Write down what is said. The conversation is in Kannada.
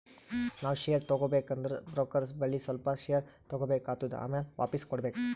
ನಾವ್ ಶೇರ್ ತಗೋಬೇಕ ಅಂದುರ್ ಬ್ರೋಕರ್ ಬಲ್ಲಿ ಸ್ವಲ್ಪ ಶೇರ್ ತಗೋಬೇಕ್ ಆತ್ತುದ್ ಆಮ್ಯಾಲ ವಾಪಿಸ್ ಮಾಡ್ಬೇಕ್